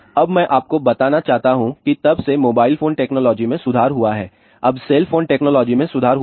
अब मैं आपको बताना चाहता हूं कि तब से मोबाइल फोन टेक्नोलॉजी में सुधार हुआ है अब सेल फोन टेक्नोलॉजी में सुधार हुआ है